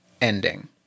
ending